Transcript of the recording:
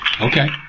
Okay